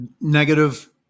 negative